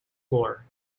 floor